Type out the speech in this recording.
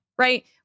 Right